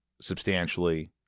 substantially